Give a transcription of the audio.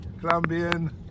Colombian